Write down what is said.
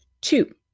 Two